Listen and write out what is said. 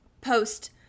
post-